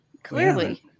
Clearly